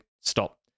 Stop